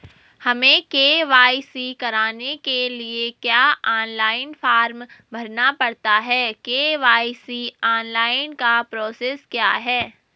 हमें के.वाई.सी कराने के लिए क्या ऑनलाइन फॉर्म भरना पड़ता है के.वाई.सी ऑनलाइन का प्रोसेस क्या है?